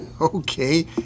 Okay